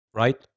right